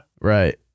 Right